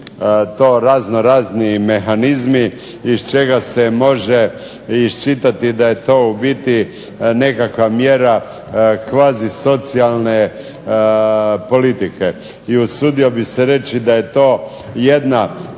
to razno razni mehanizmi iz čega se može iščitati da je to u biti nekakva mjera kvazisocijalne politike. I usudio bih se reći da je to jedna